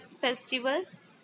festivals